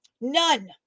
None